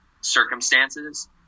circumstances